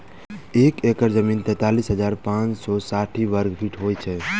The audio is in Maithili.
एक एकड़ जमीन तैँतालिस हजार पाँच सौ साठि वर्गफीट होइ छै